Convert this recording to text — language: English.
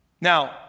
Now